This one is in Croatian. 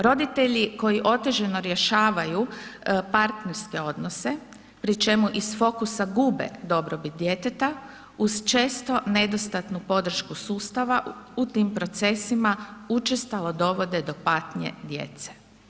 Roditelji koji otežano rješavaju partnerske odnose, pri čemu iz fokusa gube dobrobit djeteta, uz često nedostatnu podršku sustava u tim procesima, učestalo dovode do patnje djece.